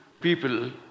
people